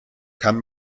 kann